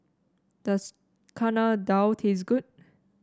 does Chana Dal taste good